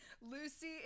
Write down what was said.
Lucy